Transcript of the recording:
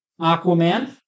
Aquaman